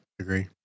Agree